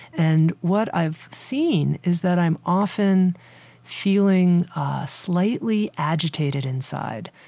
and what i've seen is that i'm often feeling ah slightly agitated inside,